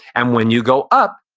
and when you go up,